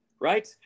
right